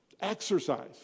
Exercise